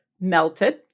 melted